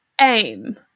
aim